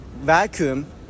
vacuum